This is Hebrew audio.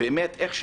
עניינים.